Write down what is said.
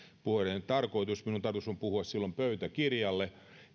tarkoitus minun tarkoitukseni on puhua silloin pöytäkirjalle